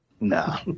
Nah